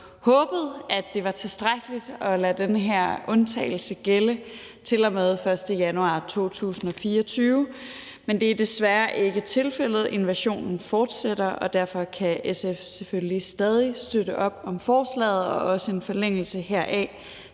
håbet, at det var tilstrækkeligt at lade den her undtagelse gælde til og med den 1. januar 2024, men det er desværre ikke tilfældet, for invasionen fortsætter, og derfor kan SF selvfølgelig stadig støtte op om forslaget og om en forlængelse af